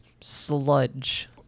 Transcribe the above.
sludge